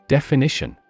Definition